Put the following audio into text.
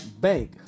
bank